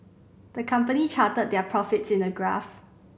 the company charted their profits in a graph